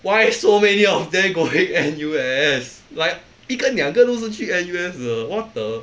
why so many of them going N_U_S like 一个两个都是去 N_U_S 的 what the